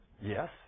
Yes